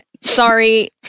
Sorry